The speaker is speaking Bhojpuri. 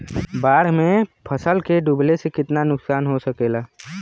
बाढ़ मे फसल के डुबले से कितना नुकसान हो सकेला?